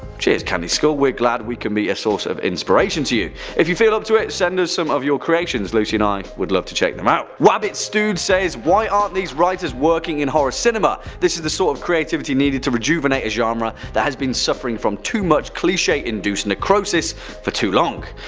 cheers candy skull we're glad we can be a source of inspiration. if you if you feel up to it send us some of your creations, lucy and i would love to check them out. wabbitstewed says why aren't these writers working in horror cinema! this is the sort of creativity needed to rejuvenate a genre that has been suffering from too much cliche-induced necrosis for too long.